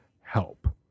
help